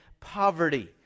poverty